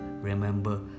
Remember